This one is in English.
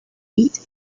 weight